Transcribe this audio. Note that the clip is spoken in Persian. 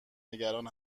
نگران